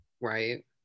right